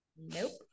nope